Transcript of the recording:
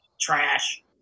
trash